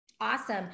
Awesome